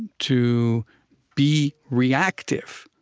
to be reactive,